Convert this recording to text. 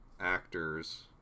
actors